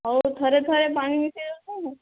ଆଉ ଥରେ ଥରେ ପାଣି ମିଶାଇ ଦେଉଛନା